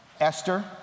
Esther